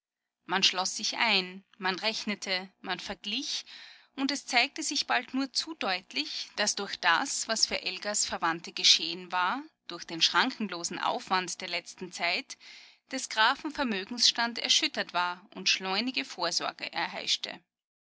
man schloß sich ein man rechnete man verglich und es zeigte sich bald nur zu deutlich daß durch das was für elgas verwandte geschehen war durch den schrankenlosen aufwand der letzten zeit des grafen vermögensstand erschüttert war und schleunige vorsorge erheischte